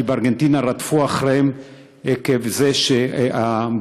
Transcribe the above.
כי בארגנטינה רדפו אחריהם עקב זה שהבעל,